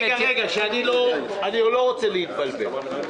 רגע, אני לא רוצה להתבלבל.